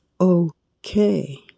okay